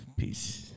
Peace